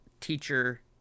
teacher